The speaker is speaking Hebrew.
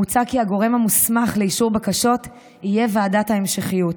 מוצע כי הגורם המוסמך לאישור בקשות יהיה ועדת ההמשכיות,